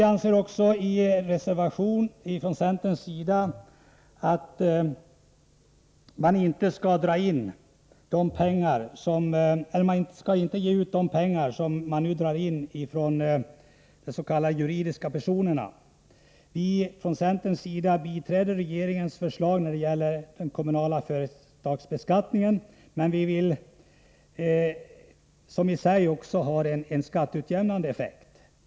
— Centern anser att man inte skall ge ut de pengar som nu dras in från s.k. juridiska personer. — Centern biträder regeringens förslag att slopa den kommunala företagsbeskattningen, vilket i sig också har en skatteutjämnande effekt.